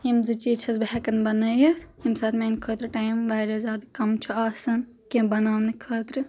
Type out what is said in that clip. یم زٕ چیٖز چھَس بہٕ ہیکان بنٲیتھ ییٚمۍ ساتہٕ میانہِ خٲطرٕ ٹایم واریاہ زیادٕ کم چھ آسان کیٚنٛہہ بناونہٕ خٲطرٕ